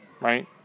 right